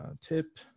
tip